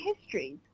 history